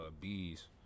bees